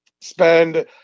spend